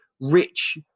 rich